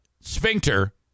sphincter